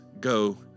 Go